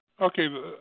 Okay